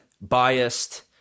biased